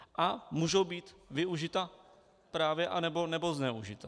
A můžou být využita právě nebo zneužita.